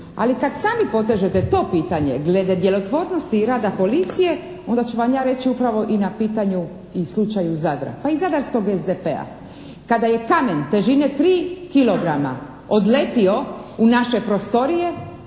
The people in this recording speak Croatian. Ali kad sami potežete to pitanje glede djelotvornosti i rada policije onda ću vam ja reći upravo i na pitanju i slučaju Zadra, pa i zadarskog SDP-a. Kada je kamen težine 3 kilograma odletio u naše prostorije